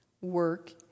work